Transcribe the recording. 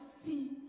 see